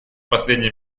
последние